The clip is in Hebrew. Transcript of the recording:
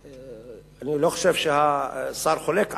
אני לא חושב שהשר חולק עלי,